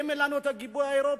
אם אין לנו גיבוי אירופי?